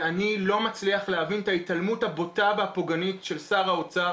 אני לא מצליח להבין את ההתעלמות הבוטה והפוגענית של שר האוצר,